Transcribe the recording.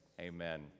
amen